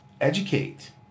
educate